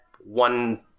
one